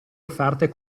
offerte